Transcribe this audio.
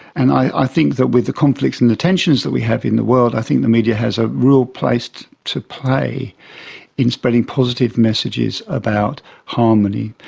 and i think with the conflicts and the tensions that we have in the world, i think the media has a real place to to play in spreading positive messages about harmony,